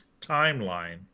timeline